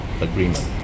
agreement